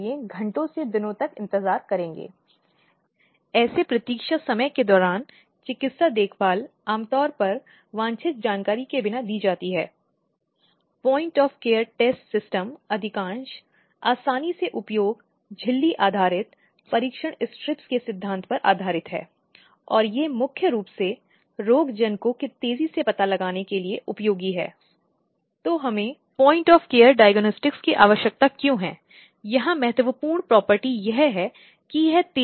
संदर्भ समय को देखें 0032 अब हम उसके बाद घरेलू हिंसा की अवधारणा को समझने की कोशिश कर रहे हैं विशेष रूप से परिवार के भीतर महिलाओं के खिलाफ और दुनिया के वर्तमान समय में महिलाओं के संबंध में महत्वपूर्ण चिंताओं में से एक है